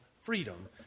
freedom